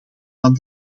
van